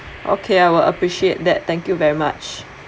okay I will appreciate that thank you very much